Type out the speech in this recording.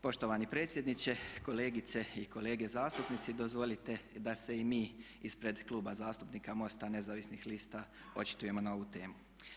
Poštovani predsjedniče, kolegice i kolege zastupnici dozvolite da se i mi ispred Kluba zastupnika MOST-a nezavisnih lista očitujemo na ovu temu.